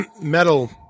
metal